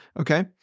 Okay